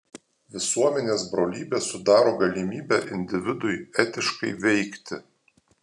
visuomenės brolybė sudaro galimybę individui etiškai veikti